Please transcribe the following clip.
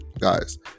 guys